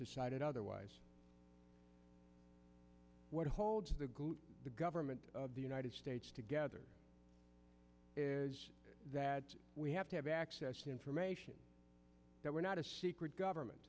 decided otherwise what holds the government of the united states together is that we have to have access to information that we're not government